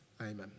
amen